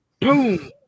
boom